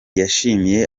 yashimiye